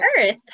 Earth